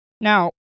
Now